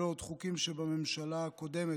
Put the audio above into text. אלו עוד חוקים שבממשלה הקודמת,